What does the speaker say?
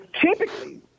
Typically